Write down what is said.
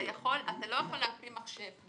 אתה לא יכול לשים מחשב.